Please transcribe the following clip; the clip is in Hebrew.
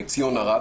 ציון ארד,